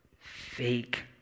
fake